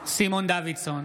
סימון דוידסון,